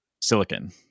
silicon